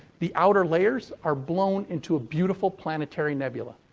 the outer layers are blown into a beautiful planetary nubula.